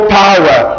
power